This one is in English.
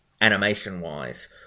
animation-wise